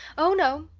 oh, no,